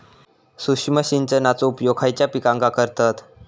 सूक्ष्म सिंचनाचो उपयोग खयच्या पिकांका करतत?